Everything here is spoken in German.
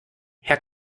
herr